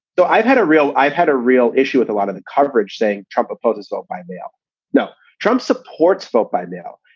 so i've had a real i've had a real issue with a lot of the coverage saying trump opposes all by mail no, trump supports vote by mail.